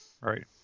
Right